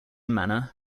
manor